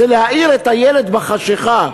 זה להעיר את הילד בחשכה.